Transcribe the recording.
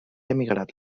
emigrat